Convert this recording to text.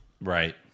Right